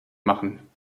machen